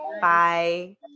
Bye